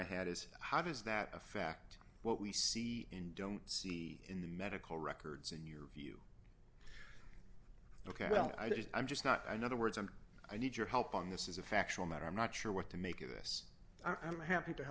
i had is how does that affect what we see in don't see in the medical records in your view ok well i just i'm just not another words and i need your help on this is a factual matter i'm not sure what to make of this i'm happy to